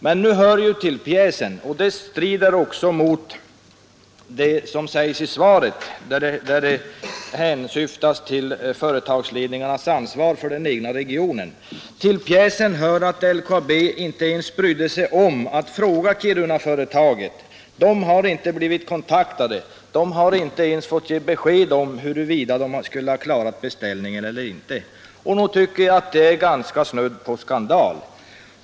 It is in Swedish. Men nu hör det ju till pjäsen — och detta strider mot vad som sägs i svaret, där det hänsyftas till företagsledningarnas ansvar för den egna regionen — att LKAB inte ens brytt sig om att fråga Kirunaföretaget. Det har inte ens blivit kontaktat. Det har inte ens fått ge besked om huruvida det kunnat klara beställningen eller inte. Jag tycker att detta gränsar till skandal.